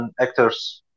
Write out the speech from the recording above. actors